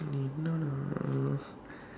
need